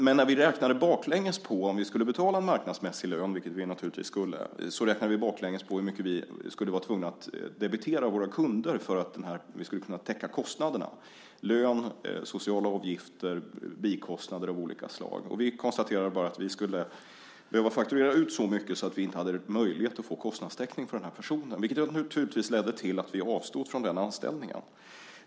Men när vi räknade baklänges på - om vi skulle betala en marknadsmässig lön, vilket vi naturligtvis skulle - hur mycket vi skulle vara tvungna att debitera våra kunder för att vi skulle kunna täcka kostnaderna, lön, sociala avgifter, bikostnader av olika slag, konstaterade vi att vi skulle behöva fakturera så mycket så att vi inte hade möjlighet att få kostnadstäckning för den personen. Det ledde naturligtvis till att vi avstod från den anställningen.